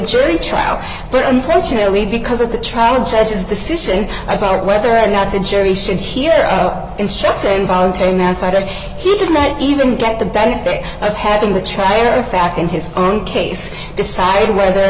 jury trial but unfortunately because of the trial judge's decision about whether or not the jury should hear instructs involuntary manslaughter he didn't even get the benefit of having the trial arafat in his own case decide whether or